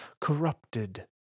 corrupted